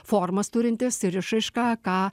formas turintis ir išraišką ką